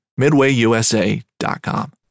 midwayusa.com